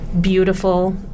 beautiful